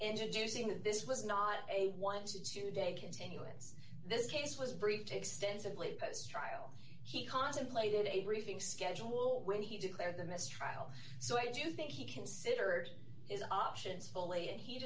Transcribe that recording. introducing that this was not a one to two day continuance this case was briefed extensively post trial he contemplated a briefing schedule when he declared the mistrial so i do think he considered his options fully and he